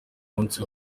umunsi